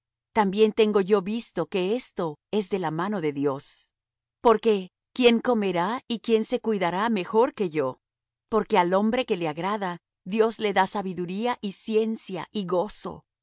también tengo yo visto que esto es de la mano de dios porque quién comerá y quién se cuidará mejor que yo porque al hombre que le agrada dios le da sabiduría y ciencia y gozo